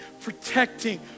protecting